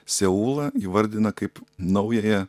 seulą įvardina kaip naująją